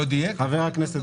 חבר הכנסת